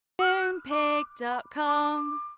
Moonpig.com